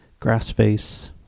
Grassface